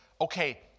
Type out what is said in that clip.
okay